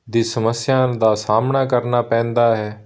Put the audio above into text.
ਦੀ ਸਮੱਸਿਆ ਦਾ ਸਾਹਮਣਾ ਕਰਨਾ ਪੈਂਦਾ ਹੈ